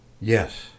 yes